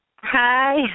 Hi